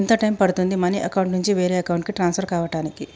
ఎంత టైం పడుతుంది money account నుంచి వేరే అకౌంట్ కి ట్రాన్స్ఫర్ కావటానికి?